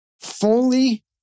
fully